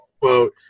quote